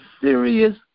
serious